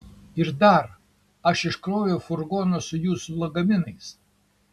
ir dar aš iškroviau furgoną su jūsų lagaminais